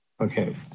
Okay